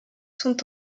sont